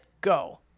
Go